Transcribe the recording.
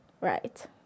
Right